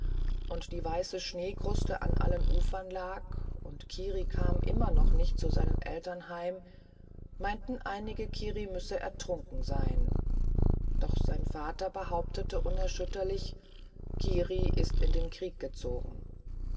und die weiße schneekruste an allen ufern lag und kiri kam immer noch nicht zu seinen eltern heim meinten einige kiri müsse ertrunken sein doch sein vater behauptete unerschütterlich kiri ist in den krieg gezogen